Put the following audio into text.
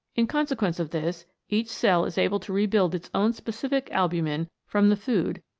in consequence of this, each cell is able to rebuild its own specific albumin from the food,